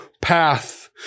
path